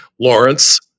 Lawrence